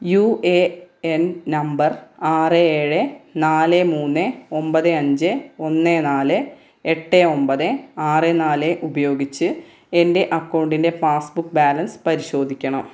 U A N number ആറ് ഏഴ് നാല് മൂന്ന് ഒമ്പത് അഞ്ച് ഒന്ന് നാല് എട്ട് ഒമ്പത് ആറ് നാല് ഉപയോഗിച്ച് എൻ്റെ അക്കൗണ്ടിൻ്റെ പാസ്ബുക്ക് ബാലൻസ് പരിശോധിക്കണം